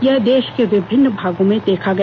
यह देश के विभिन्न भागों में देखा गया